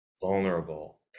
vulnerable